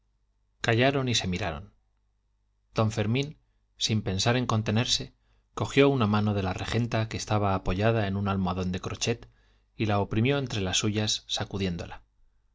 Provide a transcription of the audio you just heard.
callaron y se miraron don fermín sin pensar en contenerse cogió una mano de la regenta que estaba apoyada en un almohadón de crochet y la oprimió entre las suyas sacudiéndola ana